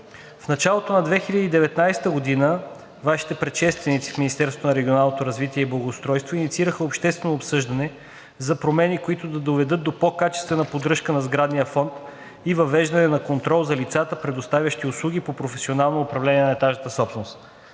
Министерството на регионалното развитие и благоустройство инициираха обществено обсъждане за промени, които да доведат до по-качествена поддръжка на сградния фонд и въвеждане на контрол за лицата, предоставящи услуги по професионално управление на етажната собственост.